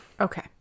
Okay